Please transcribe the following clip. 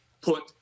put